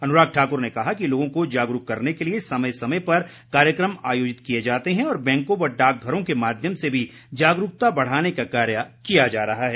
अनुराग ठाकुर ने कहा कि लोगों को जागरूक करने के लिए समय समय पर कार्यक्रम आयोजित किए जाते हैं और बैंकों व डाकघरों के माध्यम से भी जागरूकता बढ़ाने का कार्य किया जा रहा है